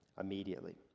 immediately